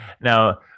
Now